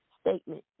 statement